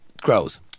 grows